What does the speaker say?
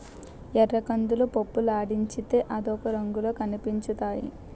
ఎర్రకందులు పప్పులాడించితే అదొక రంగులో కనిపించుతాయి